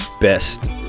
best